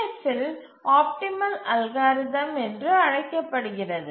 F இல் optimal algorithm என்று அழைக்கப்படுகிறது